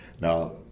Now